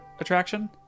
attraction